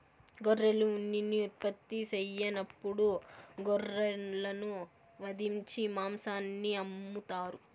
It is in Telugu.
గొర్రెలు ఉన్నిని ఉత్పత్తి సెయ్యనప్పుడు గొర్రెలను వధించి మాంసాన్ని అమ్ముతారు